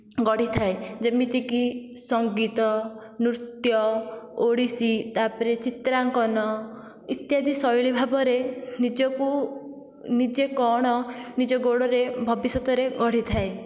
ଗଢ଼ିଥାଏ ଯେମିତିକି ସଙ୍ଗୀତ ନୃତ୍ୟ ଓଡ଼ିଶୀ ତା'ପରେ ଚିତ୍ରାଙ୍କନ ଇତ୍ୟାଦି ଶୈଳୀ ଭାବରେ ନିଜକୁ ନିଜେ କ'ଣ ନିଜ ଗୋଡ଼ରେ ଭବିଷ୍ୟତରେ ଗଢ଼ିଥାଏ